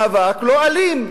מאבק לא אלים.